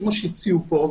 כמו שהציעו פה,